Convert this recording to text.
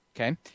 Okay